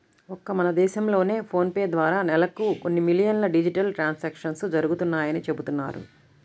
ఒక్క మన దేశంలోనే ఫోన్ పే ద్వారా నెలకు కొన్ని మిలియన్ల డిజిటల్ ట్రాన్సాక్షన్స్ జరుగుతున్నాయని చెబుతున్నారు